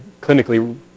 clinically